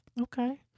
Okay